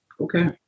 okay